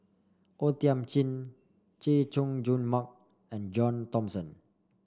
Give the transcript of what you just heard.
O Thiam Chin Chay Jung Jun Mark and John Thomson